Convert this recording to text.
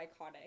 iconic